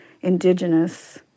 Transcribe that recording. Indigenous